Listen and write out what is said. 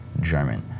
German